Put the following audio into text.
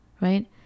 right